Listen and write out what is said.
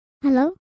Hello